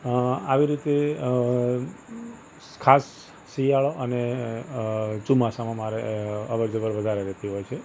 આવી રીતે ખાસ શિયાળો અને ચોમાસામાં મારે અવરજવર વધારે રહેતી હોય છે